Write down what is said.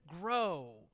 grow